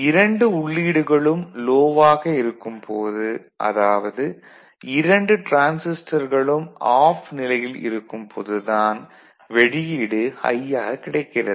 இரண்டு உள்ளீடுகளும் லோ ஆக இருக்கும் போது அதாவது இரண்டு டிரான்சிஸ்டர்களும் ஆஃப் நிலையில் இருக்கும் போது தான் வெளியீடு ஹை யாக கிடைக்கிறது